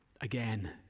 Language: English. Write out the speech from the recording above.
again